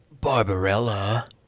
Barbarella